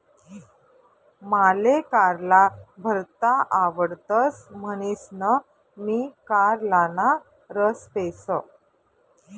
माले कारला भरता आवडतस म्हणीसन मी कारलाना रस पेस